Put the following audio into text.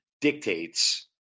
dictates